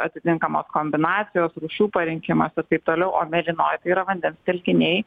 atitinkamos kombinacijos rūšių parinkimas ir taip toliau o mėlynoji tai yra vandens telkiniai